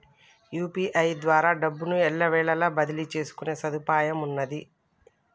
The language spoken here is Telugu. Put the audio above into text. యూ.పీ.ఐ ద్వారా డబ్బును ఎల్లవేళలా బదిలీ చేసుకునే సదుపాయమున్నాది